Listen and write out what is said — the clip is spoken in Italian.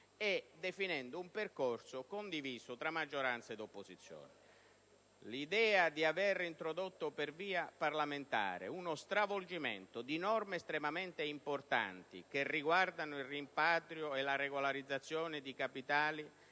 definendo un percorso condiviso tra maggioranza ed opposizione. L'aver introdotto per via parlamentare uno stravolgimento di norme estremamente importanti che riguardano il rimpatrio e la regolarizzazione di capitali